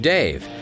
Dave